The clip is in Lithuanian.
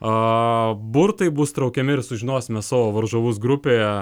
a burtai bus traukiami ir sužinosime savo varžovus grupėje